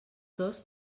dos